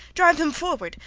drive them forward.